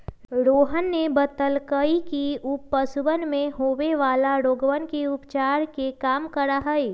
रोहन ने बतल कई कि ऊ पशुवन में होवे वाला रोगवन के उपचार के काम करा हई